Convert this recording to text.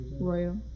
Royal